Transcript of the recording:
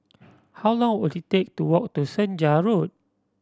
how long will it take to walk to Senja Road